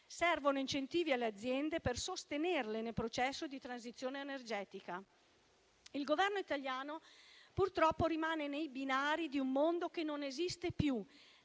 Servono incentivi alle aziende per sostenerle nel processo di transizione energetica. Il Governo italiano purtroppo rimane nei binari di un mondo che non esiste più,